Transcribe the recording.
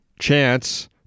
chance